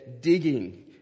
digging